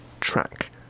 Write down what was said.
track